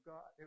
God